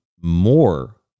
more